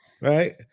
Right